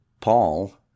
Paul